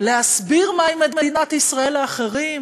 להסביר מהי מדינת ישראל לאחרים,